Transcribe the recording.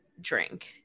drink